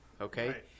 Okay